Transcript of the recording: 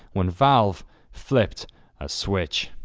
when valve flipped a switch.